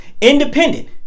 independent